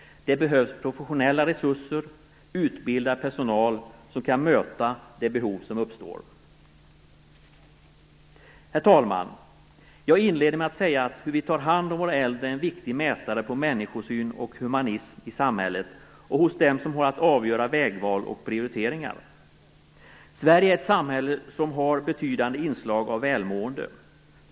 Det behövs professionella resurser, utbildad personal som kan möta de behov som uppstår. Herr talman! Jag inledde med att säga att hur vi tar hand om våra äldre är en viktig mätare på människosyn och humanism i samhället och hos dem som har att avgöra vägval och prioriteringar. Sverige är ett samhälle som har betydande inslag av välmående.